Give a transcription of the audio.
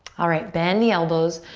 alright, bend the elbows,